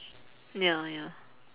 ya ya